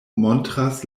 montras